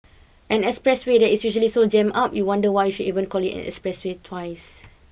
an expressway that is usually so jammed up you wonder why should you even call it an expressway twice